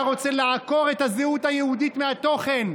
אתה רוצה לעקור את הזהות היהודית מהתוכן.